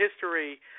history